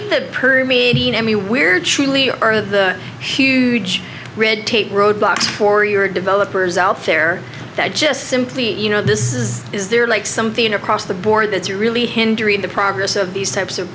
mean any weird surely are the huge red tape roadblocks for your developers out there that just simply you know this is is there like something across the board that's really hindering the progress of these types of